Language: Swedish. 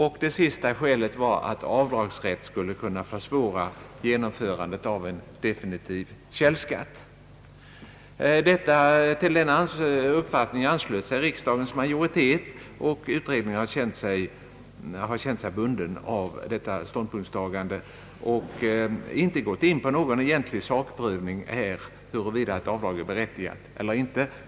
Det sista skälet var att avdragsrätt skulle kunna försvåra genomförandet av definitiv källskatt. Till denna uppfattning anslöt sig riksdagens majoritet, och utredningen har känt sig bunden av detta ståndpunktstagande, varför den inte gått in på någon egentlig sakprövning av frågan huruvida avdrag är berättigat eller inte.